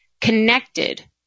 connected